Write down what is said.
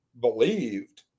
believed